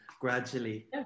gradually